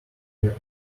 your